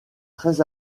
très